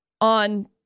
on